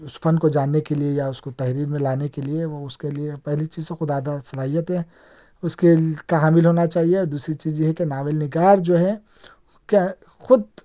اُس فن کو جاننے کے لیے یا اُس کو تحریر میں لانے کے لیے وہ اُس کے لیے پہلی چیز تو خدا داد صلاحیتیں اُس کے کا حامل ہونا چاہیے دوسری چیز یہ ہے کہ ناول نِگار جو ہے کہ خود